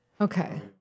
Okay